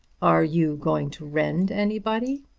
are you going to rend anybody?